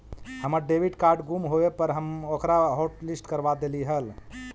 हमर debit card गुम होवे पर हम ओकरा हॉटलिस्ट करवा देली हल